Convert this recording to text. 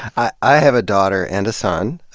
i i have a daughter and a son.